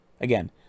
again